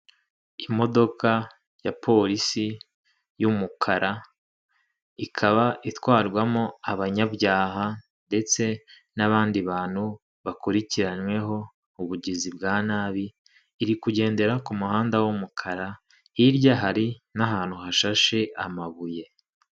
Imodoka ya polisi y'umukara, ikaba itwarwamo abanyabyaha ndetse n'abandi bantu bakurikiranyweho ubugizi bwa nabi, iri kugendera ku muhanda w'umukara, hirya hari n'ahantu hashashe amabuye.